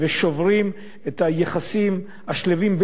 השלווים בין ציבורים כאלה ובין ציבורים אחרים,